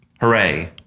Hooray